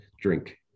drink